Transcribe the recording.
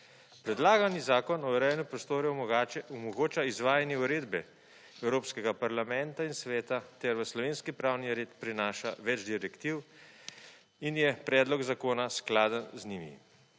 Predlagani Zakon o urejanju prostora omogoča izvajanje uredbe Evropskega parlamenta in Sveta, ter v slovenski pravni red prinaša več direktiv in je predlog zakona skladen z njimi.